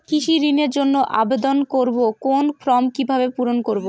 কৃষি ঋণের জন্য আবেদন করব কোন ফর্ম কিভাবে পূরণ করব?